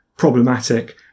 problematic